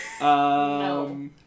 No